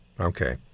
Okay